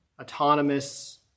autonomous